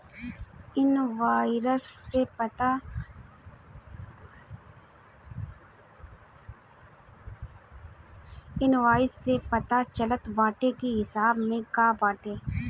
invoice से पता चलत बाटे की हिसाब में का का बाटे